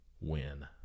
win